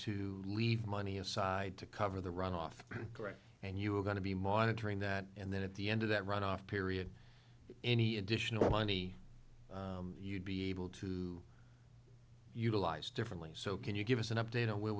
to leave money aside to cover the runoff correct and you were going to be monitoring that and then at the end of that run off period any additional money you'd be able to utilize differently so can you give us an update on where